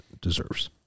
deserves